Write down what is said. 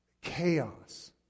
chaos